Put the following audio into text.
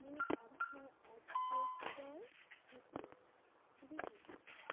মোৰ আধাৰ আপডে'টৰ স্থিতি কি